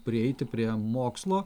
prieiti prie mokslo